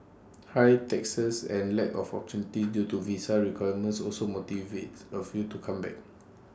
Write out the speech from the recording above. high taxes and lack of opportunities due to visa requirements also motivates A few to come back